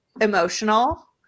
emotional